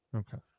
okay